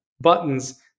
buttons